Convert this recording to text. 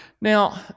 Now